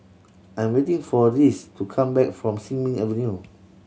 I'm waiting for Reece to come back from Sin Ming Avenue